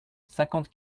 cinquante